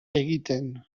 egiten